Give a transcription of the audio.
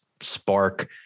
spark